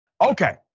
Okay